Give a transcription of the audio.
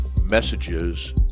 messages